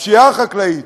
הפשיעה החקלאית,